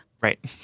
Right